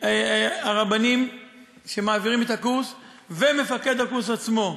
הרבנים שמעבירים את הקורס ומפקד הקורס עצמו.